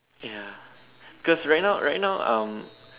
ya cause right now right now um